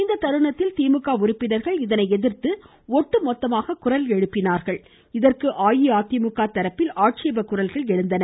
இத்தருணத்தில் திமுக உறுப்பினர்கள் இதனை எதிர்த்து ஒட்டுமொத்தமாக குரல் எழுப்பினார்கள் இதற்கு அஇஅதிமுக தரப்பில் ஆட்சேப குரல்கள் எழுந்தன